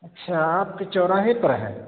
اچھا آپ کے چوراہے پر ہے